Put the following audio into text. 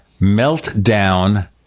Meltdown